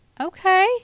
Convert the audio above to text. Okay